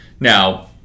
now